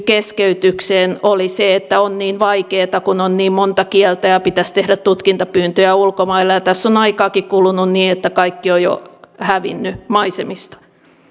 keskeytykseen oli se että on niin vaikeata kun on niin monta kieltä ja pitäisi tehdä tutkintapyyntöjä ulkomaille ja tässä on aikaakin kulunut niin että kaikki ovat jo hävinneet maisemista